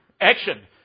action